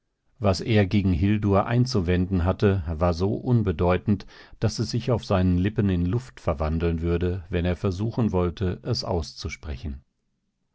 was er gegen hildur einzuwenden hatte war so unbedeutend daß es sich auf seinen lippen in luft verwandeln würde wenn er versuchen wollte es auszusprechen